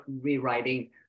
rewriting